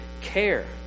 care